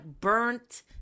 burnt